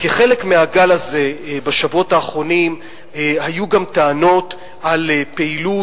כחלק מהגל הזה בשבועות האחרונים היו גם טענות על פעילות